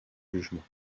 jugement